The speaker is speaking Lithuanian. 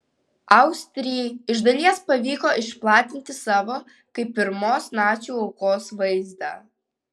austrijai iš dalies pavyko išplatinti savo kaip pirmos nacių aukos vaizdą